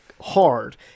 hard